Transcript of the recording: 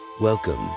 Welcome